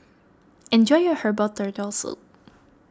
enjoy your Herbal Turtle Soup